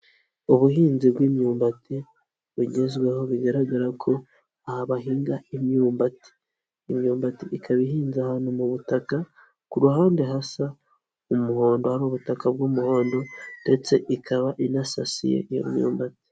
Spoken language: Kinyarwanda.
Ubuhinzi bw'imyumbati bugezweho bigaragara ko aha bahinga imyumbati, imyumbati ikaba ihinze ahantu mu butaka ku ruhande hasa umuhondo hari ubutaka bw'umuhondo ndetse ikaba inasasiye iyo myumbati.